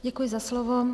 Děkuji za slovo.